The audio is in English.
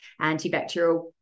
antibacterial